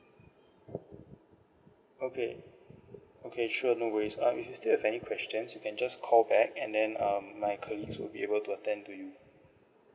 okay okay sure no worries uh if you still have any questions you can just call back and then um my colleagues will be able to attend to you